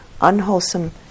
unwholesome